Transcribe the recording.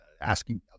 asking